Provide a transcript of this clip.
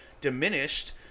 diminished